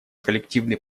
коллективный